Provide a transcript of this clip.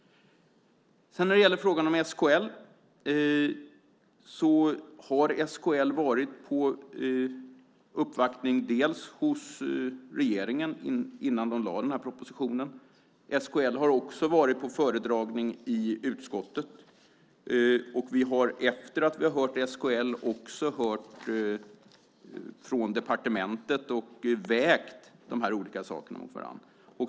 När det gäller frågan om SKL så har SKL varit på uppvaktning hos regeringen innan propositionen lades fram. SKL har också varit på föredragning i utskottet, och vi har efter vi har hört SKL också hört departementet och vägt dessa olika saker mot varandra.